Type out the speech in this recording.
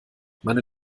meine